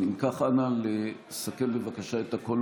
אם כך, אנא, לסכם את הקולות.